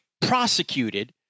prosecuted